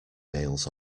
nails